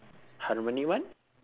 harmoni one